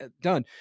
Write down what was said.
done